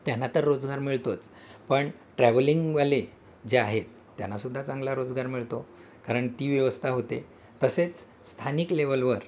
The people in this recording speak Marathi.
त्यांना तर रोजगार मिळतोच पण ट्रॅव्हलिंगवाले जे आहेत त्यांनासुद्धा चांगला रोजगार मिळतो कारण ती व्यवस्था होते तसेच स्थानिक लेवलवर